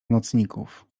nocników